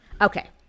Okay